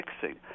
fixing